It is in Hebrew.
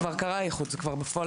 האיחוד כבר קרה, זה כבר בפועל.